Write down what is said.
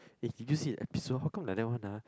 eh did you see the episode how come like that one ah